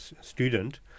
student